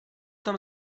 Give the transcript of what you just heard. tam